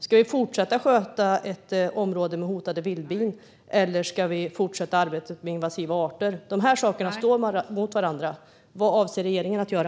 Ska vi fortsätta sköta ett område med hotade vildbin, eller ska vi fortsätta arbetet med invasiva arter? Dessa saker står mot varandra. Vad avser regeringen att göra?